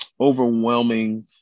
overwhelming